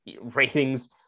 ratings